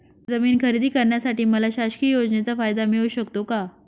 जमीन खरेदी करण्यासाठी मला शासकीय योजनेचा फायदा मिळू शकतो का?